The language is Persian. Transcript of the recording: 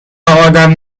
آدم